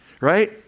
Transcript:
right